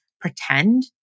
pretend